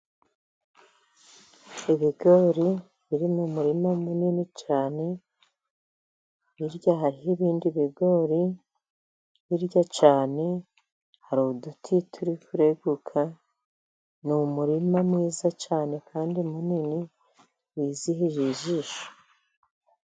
Ibigori biri mu murima munini cyane. Hirya hariho ibindi bigori . Hirya cyane hari uduti turi kureguka. Ni umurima mwiza cyane kandi munini wizihiye ijisho.